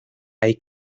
hay